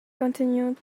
continued